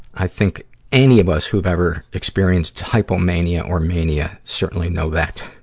i think any of us who've ever experienced hypomania or mania certainly know that,